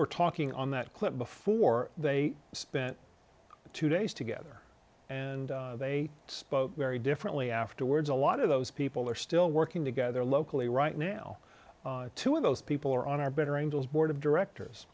were talking on that clip before they spent two days together and they spoke very differently afterwards a lot of those people are still working together locally right now two of those people are on our better angels board of directors